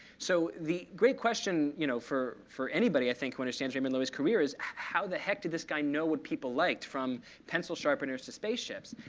so the great question you know for for anybody, i think, who understands raymond loewy's career is, how the heck did this guy know what people liked, from pencil sharpeners to spaceships?